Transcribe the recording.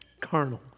Carnal